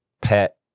Pet